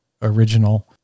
original